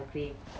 how